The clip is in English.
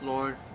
Lord